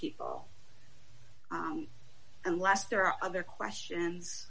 people unless there are other questions